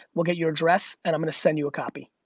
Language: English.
we'll get your address and i'm gonna send you a copy.